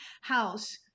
house